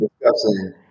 discussing